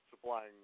supplying